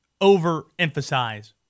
overemphasize